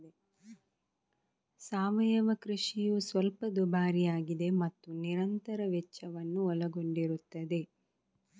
ಸಾವಯವ ಕೃಷಿಯು ಸ್ವಲ್ಪ ದುಬಾರಿಯಾಗಿದೆ ಮತ್ತು ನಿರಂತರ ವೆಚ್ಚವನ್ನು ಒಳಗೊಂಡಿರುತ್ತದೆ